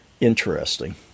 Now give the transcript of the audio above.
interesting